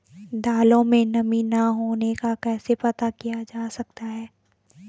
दालों में नमी न होने का कैसे पता किया जा सकता है?